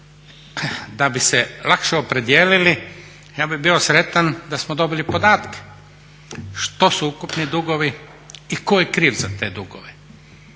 da bi se lakše opredijelili ja bih bio sretan da smo dobili podatke što su ukupni dugovi i tko je kriv za te dugove,